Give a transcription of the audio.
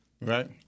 Right